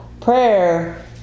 Prayer